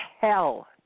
hell